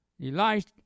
Elijah